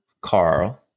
Carl